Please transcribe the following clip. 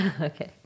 Okay